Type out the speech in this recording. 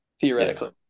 theoretically